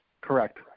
Correct